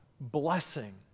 blessing